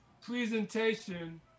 presentation